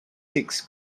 six